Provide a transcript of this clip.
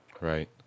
Right